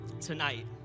tonight